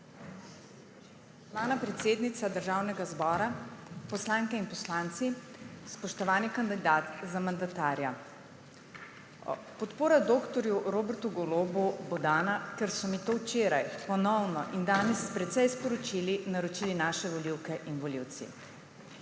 Hvala, predsednica Državnega zbora. Poslanke in poslanci, spoštovani kandidat za mandatarja! Podpora dr. Robertu Golobu bo dana, ker so mi to ponovno včeraj in danes s precej sporočili naročili naše volivke in volivci,